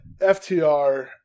FTR